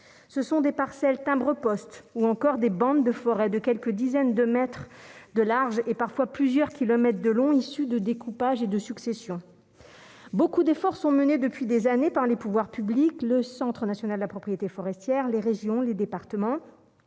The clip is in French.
ce sont des parcelles timbre-poste ou encore des bandes de forêts, de quelques dizaines de mètres de large et parfois plusieurs kilomètres de long, issus de découpage et de succession, beaucoup d'efforts sont menées depuis des années par les pouvoirs publics, le Centre national de la propriété forestière, les régions, les départements,